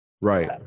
right